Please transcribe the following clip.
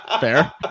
Fair